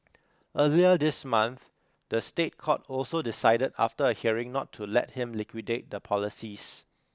earlier this month the State Court also decided after a hearing not to let him liquidate the policies